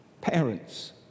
parents